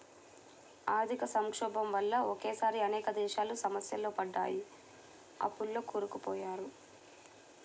ఆర్థిక సంక్షోభం వల్ల ఒకేసారి అనేక దేశాలు సమస్యల్లో పడ్డాయి, అప్పుల్లో కూరుకుపోయారు